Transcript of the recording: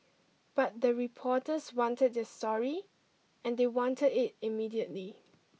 but the reporters wanted their story and they wanted it immediately